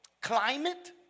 climate